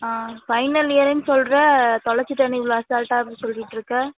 ஆ final இயருன்னு சொல்கிற தொலைச்சிட்டேனு இவ்வளோ அசால்ட்டாக அப்படி சொல்லிட்டுருக்க